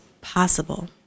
possible